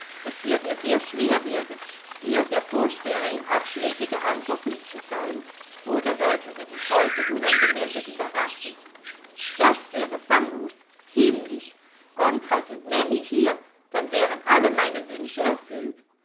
es wird ihr sehr schwer werden dir der vorsteherin abschlägige antwort mitzuteilen oder sollte sie dich heute unangemeldet überraschen das wäre famos himmlisch gontraus und nellie hier dann wären alle meine wünsche erfüllt